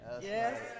Yes